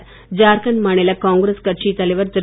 ஐார்கன்ட் மாநில காங்கிரஸ் கட்சி தலைவர் திரு